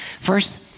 first